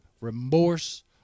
remorse